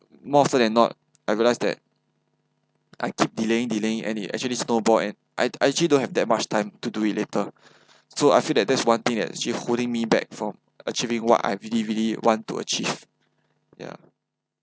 more often than not I realized that I keep delaying delaying at it actually snowball and I I actually don't have that much time to do it later so I feel that that's one thing that just holding me back from achieving what I really really want to achieve ya